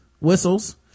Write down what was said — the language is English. whistles